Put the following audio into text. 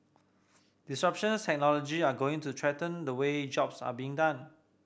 disruptions technology are going to threaten the way jobs are being done